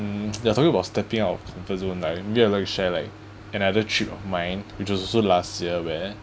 mm ya talking about stepping out of comfort zone right maybe I would like to share like another trip of mine which was also last year where